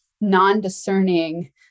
non-discerning